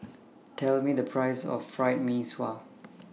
Tell Me The priceS of Fried Mee Sua